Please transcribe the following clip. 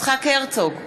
יצחק הרצוג,